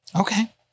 Okay